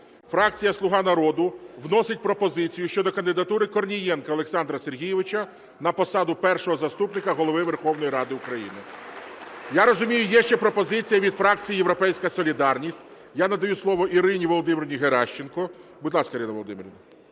Фракція "Слуга народу" вносить пропозицію щодо кандидатури Корнієнка Олександра Сергійовича на посаду Першого заступника Голови Верховної Ради України. Я розумію, є ще пропозиція від фракції "Європейська солідарність". Я надаю слово Ірині Володимирівні Геращенко. Будь ласка, Ірина Володимирівна.